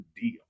deal